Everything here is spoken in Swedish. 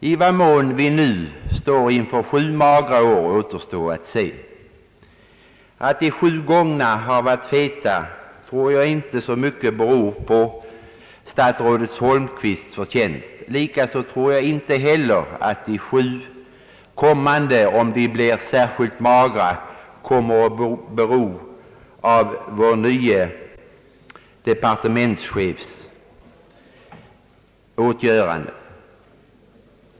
I vad mån vi nu står inför sju magra är återstår att se. Att de sju gångna åren har varit feta tror jag inte så mycket är statsrådet Holmqvists förtjänst, inte heller att de sju kommande, om de blir särskilt magra, blir det på grund av vår nye departementschefs åtgöranden.